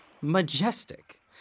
Majestic